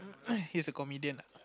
he is a comedian ah